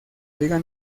liga